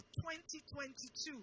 2022